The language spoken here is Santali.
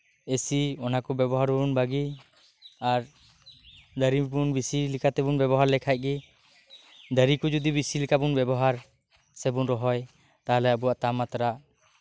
ᱮᱥᱤ ᱚᱱᱟᱠᱚ ᱵᱮᱵᱚᱦᱟᱨ ᱵᱚᱱ ᱵᱟᱹᱜᱤᱭ ᱟᱨ ᱫᱟᱨᱮ ᱜᱮᱵᱚᱱ ᱵᱮᱥᱤ ᱞᱮᱠᱟᱛᱮ ᱵᱚᱱ ᱵᱮᱵᱚᱦᱟᱨ ᱞᱮᱠᱷᱟᱱ ᱜᱮ ᱫᱟᱨᱮᱠᱚ ᱡᱚᱫᱤ ᱵᱮᱥᱤ ᱞᱮᱠᱟᱛᱮ ᱵᱚᱱ ᱵᱮᱵᱚᱦᱟᱨ ᱥᱮᱵᱚᱱ ᱨᱚᱦᱚᱭ ᱛᱟᱦᱚᱞᱮ ᱟᱵᱚᱣᱟᱜ ᱛᱟᱯᱢᱟᱛᱨᱟ